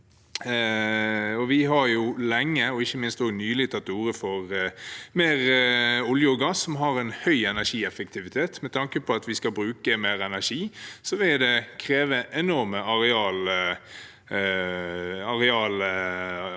Vi har lenge, og ikke minst nylig, tatt til orde for mer olje og gass, som har høy energieffektivitet. Med tanke på at vi skal bruke mer energi, vil det kreve enorme arealer